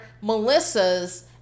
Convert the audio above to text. Melissa's